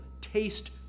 taste